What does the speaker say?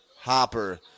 Hopper